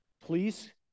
please